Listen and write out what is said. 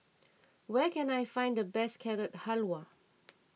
where can I find the best Carrot Halwa